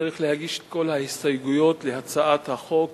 צריך להגיש את כל ההסתייגויות להצעת החוק